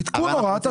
עדכון הוראת השעה.